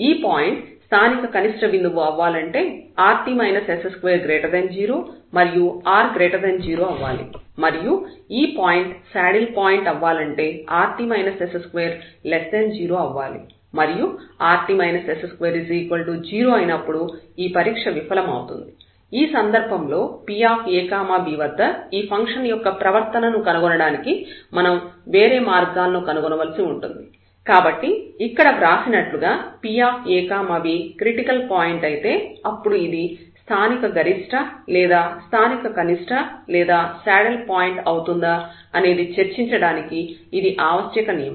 ఈ పాయింట్ స్థానిక కనిష్ట బిందువు అవ్వాలంటే rt s20 మరియు r0 అవ్వాలి మరియు ఈ పాయింట్ శాడిల్ పాయింట్ అవ్వాలంటే rt s20 అవ్వాలి మరియు rt s20 అయినప్పుడు ఈ పరీక్ష విఫలమవుతుంది ఈ సందర్భంలో Pab వద్ద ఈ ఫంక్షన్ యొక్క ప్రవర్తనను కనుగొనడానికి మనం వేరే మార్గాలను కనుగొనవలసి ఉంటుంది కాబట్టి ఇక్కడ వ్రాసినట్లుగా Pab క్రిటికల్ పాయింట్ అయితే అప్పుడు ఇది స్థానిక గరిష్ట లేదా స్థానిక కనిష్ట లేదా శాడిల్ పాయింట్ అవుతుందా అనేది చర్చించడానికి ఇది ఆవశ్యక నియమం